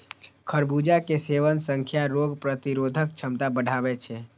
खरबूजा के सेवन सं रोग प्रतिरोधक क्षमता बढ़ै छै